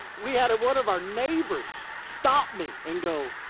we had one of our neighbors stopped me and go,